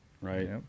Right